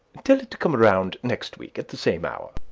tell it to come round next week, at the same hour.